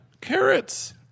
carrots